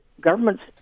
governments